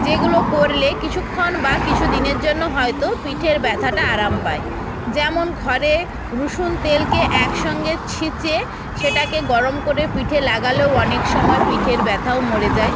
যেগুলো করলে কিছুক্ষণ বা কিছুদিনের জন্য হয়তো পিঠের ব্যথাটা আরাম পায় যেমন ঘরে রুসুন তেলকে একসঙ্গে ছেঁচে সেটাকে গরম করে পিঠে লাগালেও অনেক সময় পিঠের ব্যথাও মরে যায়